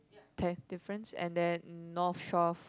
tenth difference and then North Shore